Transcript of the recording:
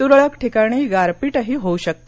तुरळक ठिकाणी गारपीटही होऊ शकते